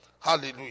Hallelujah